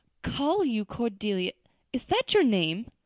call you cordelia? is that your name?